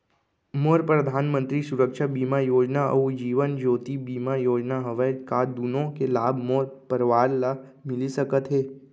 मोर परधानमंतरी सुरक्षा बीमा योजना अऊ जीवन ज्योति बीमा योजना हवे, का दूनो के लाभ मोर परवार ल मिलिस सकत हे?